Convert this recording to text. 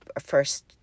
first